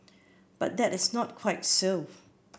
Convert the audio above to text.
but that is not quite so